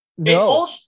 no